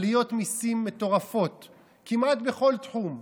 עליות מיסים מטורפות כמעט בכל תחום,